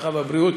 הרווחה והבריאות.